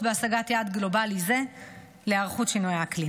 בהשגת היעד הגלובלי להיערכות לשינויי האקלים.